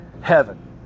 Heaven